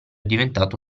diventato